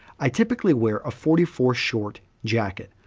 i typically wear a forty four short jacket.